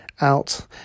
out